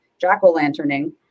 jack-o'-lanterning